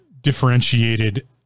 differentiated